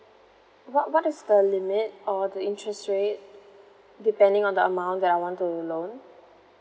what what is the limit or the interest rate depending on the amount that I want to loan